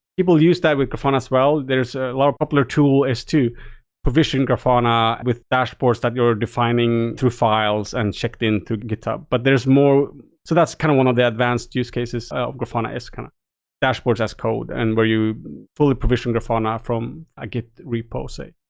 people use grafana as well. there's a lot of popular tool as to provision grafana with dashboards that you're defining through files and checked-in through github. but there's more so that's kind of one of the advanced use cases of grafana as kind of dashboards as code and where you fully provision grafana from a git repo, say.